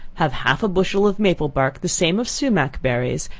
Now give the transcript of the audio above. have half a bushel of maple bark, the same of sumach berries,